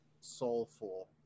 soulful